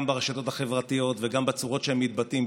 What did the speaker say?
גם ברשתות החברתיות וגם בצורות שהם מתבטאים,